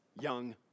young